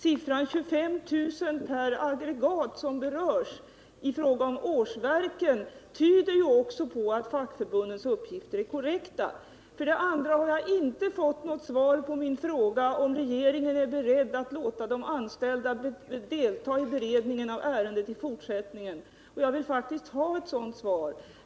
Siffran 25 000 årsverken per aggregat tyder ju också på att fackförbundens uppgifter är korrekta. Sedan har jag inte fått något svar på min fråga om regeringen i fortsättningen är beredd att låta de anställda delta i beredningen. Jag vill faktiskt ha ett svar.